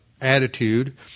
attitude